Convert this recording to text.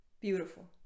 Beautiful